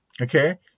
okay